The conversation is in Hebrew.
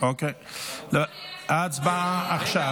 ההצבעה עכשיו.